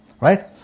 right